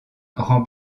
rend